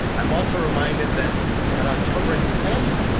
i'm also reminded that on october tenth